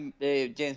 James